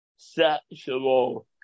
sexual